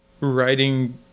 writing